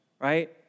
right